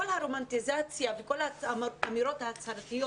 כל הרומנטיזציה וכל האמירות ההצהרתיות